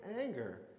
anger